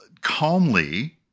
calmly